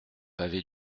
pavé